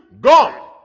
gone